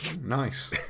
Nice